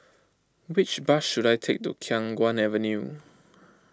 which bus should I take to Khiang Guan Avenue